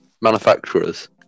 manufacturers